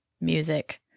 music